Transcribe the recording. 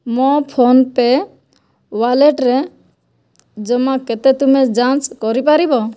ମୋ' ଫୋନ୍ପେ' ୱାଲେଟରେ ଜମା କେତେ ତୁମେ ଯାଞ୍ଚ କରିପାରିବ